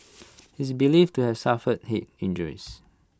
he is believed to have suffered Head injuries